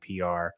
PR